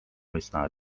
üsna